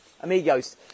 amigos